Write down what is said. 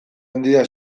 handia